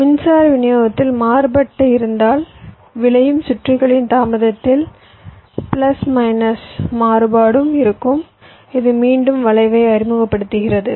மின்சார விநியோகத்தில் மாறுபாடு இருந்தால் விளையும் சுற்றுகளின் தாமதத்தில் பிளஸ் மைனஸ் மாறுபாடும் இருக்கும் இது மீண்டும் வளைவை அறிமுகப்படுத்துகிறது